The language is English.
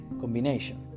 combination